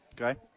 Okay